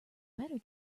better